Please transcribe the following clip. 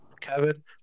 Kevin